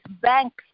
banks